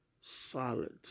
solid